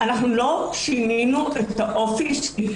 לא שינינו את האופי של ההליך,